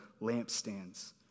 lampstands